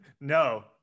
no